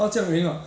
他这样 heng ah